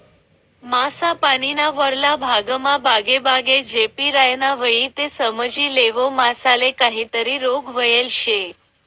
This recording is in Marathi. मासा पानीना वरला भागमा बागेबागे झेपी रायना व्हयी ते समजी लेवो मासाले काहीतरी रोग व्हयेल शे